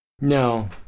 no